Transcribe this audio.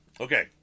Okay